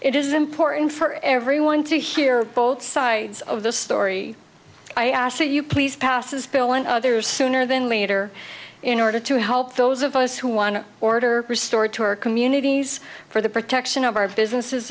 it is important for everyone to hear both sides of the story i ask that you please pass this bill and others sooner than later in order to help those of us who won order restored to our communities for the protection of our businesses